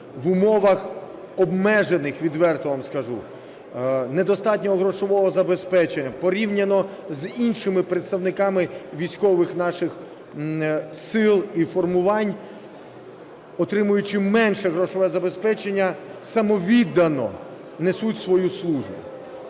в умовах обмежених, відверто вам скажу, недостатнього грошового забезпечення порівняно з іншими представниками військових наших сил і формувань, отримуючи менше грошового забезпечення, самовіддано несуть свою службу.